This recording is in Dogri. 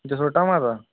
जसरोटा माता